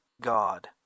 God